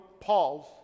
Paul's